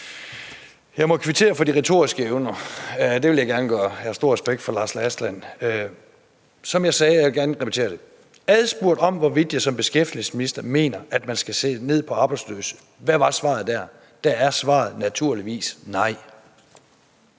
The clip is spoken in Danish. Jeg må kvittere for de retoriske evner – det vil jeg gerne gøre. Jeg har stor respekt for Lars Aslan Rasmussen. Som jeg sagde, og jeg vil gerne repetere det: Adspurgt om, hvorvidt jeg som beskæftigelsesminister mener, at man skal se ned på arbejdsløse, hvad var svaret der? Der var svaret naturligvis nej.